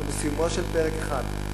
אנחנו בסיומו של פרק אחד,